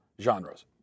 genres